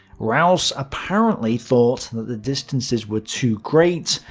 raus apparently thought that the distances were too great,